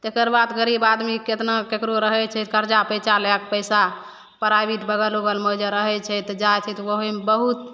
तकर बाद गरीब आदमी कतना ककरो रहै छै करजा पैँचा लैके पइसा प्राइवेट बगल उगलमे जे रहै छै तऽ जाइ छै तऽ ओहिमे बहुत